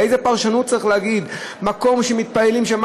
באיזה פרשנות צריך להגיד: מקום שמתפללים שם